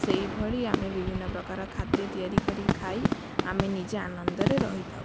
ସେଇଭଳି ଆମେ ବିଭିନ୍ନ ପ୍ରକାର ଖାଦ୍ୟ ତିଆରି କରିକି ଖାଇ ଆମେ ନିଜେ ଆନନ୍ଦରେ ରହିଥାଉ